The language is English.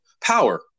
power